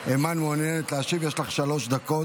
יש לך שלוש דקות,